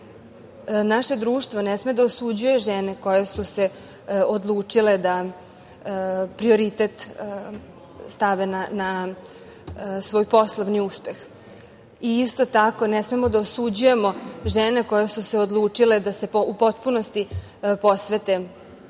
Naše društvo ne sme da osuđuje žene koje su se odlučile da prioritet stave na svoj poslovni uspeh. Isto tako ne smemo da osuđujemo žene koje su se odlučile da se u potpunosti posvete porodici